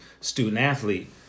student-athlete